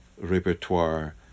repertoire